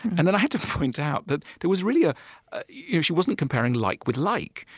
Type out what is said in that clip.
and then i had to point out that there was really a yeah she wasn't comparing like with like.